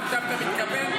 למה עכשיו אתה מתכוון,